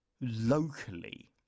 locally